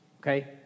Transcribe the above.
Okay